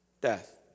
death